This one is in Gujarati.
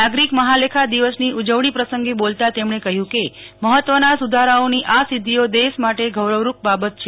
નાગરીક મહાલેખા દિવસની ઉજવણી પ્રસંગે બોલતા તેમણે કહયું કે મહત્વના સુધારાઓની આ સિધ્ધિઓ દેશ માટે ગૌરવરૂ બાબત છે